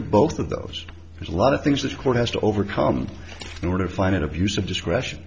at both of those there's a lot of things this court has to overcome in order to find an abuse of discretion